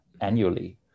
annually